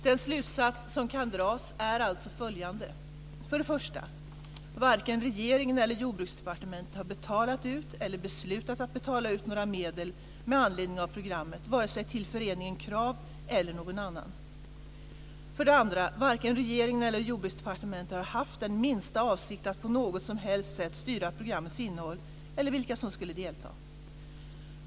De slutsatser som kan dras är alltså följande. För det första: Varken regeringen eller Jordbruksdepartementet har betalat ut eller beslutat att betala ut några medel med anledning av programmet, vare sig till föreningen Krav eller någon annan. För det andra: Varken regeringen eller Jordbruksdepartementet har haft den minsta avsikt att på något som helst sätt styra programmets innehåll eller vilka som skulle delta.